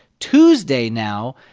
tuesday now,